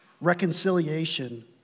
Reconciliation